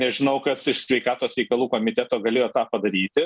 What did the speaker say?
nežinau kas iš sveikatos reikalų komiteto galėjo tą padaryti